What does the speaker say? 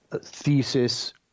thesis